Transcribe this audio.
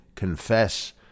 confess